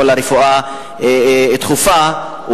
או מרכזים לרפואה דחופה,